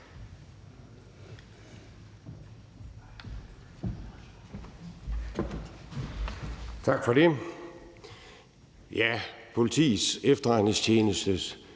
Tak for det. Politiets Efterretningstjenestes